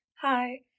Hi